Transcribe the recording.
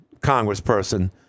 congressperson